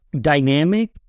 dynamic